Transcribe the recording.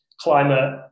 climate